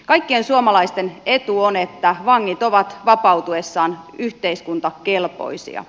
kaikkien suomalaisten etu on että vangit ovat vapautuessaan yhteiskuntakelpoisia